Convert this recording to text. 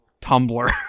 Tumblr